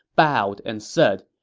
bowed, and said,